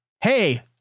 hey